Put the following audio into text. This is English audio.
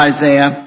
Isaiah